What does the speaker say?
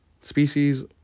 species